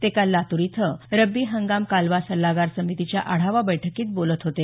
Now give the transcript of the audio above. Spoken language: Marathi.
ते काल लातूर इथं रब्बी हंगाम कालवा सल्लागार समितीच्या आढावा बैठकीत बोलत होते